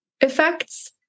effects